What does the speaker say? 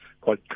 called